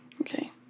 Okay